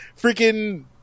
freaking